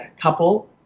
couple